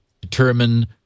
determine